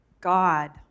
God